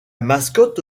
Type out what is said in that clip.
mascotte